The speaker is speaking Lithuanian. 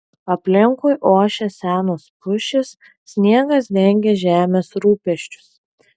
aplinkui ošė senos pušys sniegas dengė žemės rūpesčius